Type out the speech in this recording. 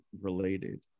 related